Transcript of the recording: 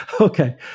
Okay